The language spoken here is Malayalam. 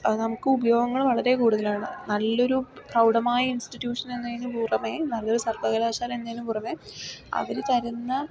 അത് നമുക്ക് ഉപയോഗങ്ങൾ വളരെ കൂടുതലാണ് നല്ലൊരു പ്രൗഢമായ ഇൻസ്റ്റിറ്റ്യൂഷനെന്നതിനു പുറമെ നല്ലൊരു സർവ്വകലാശാല എന്നതിന് പുറമെ അവർ തരുന്ന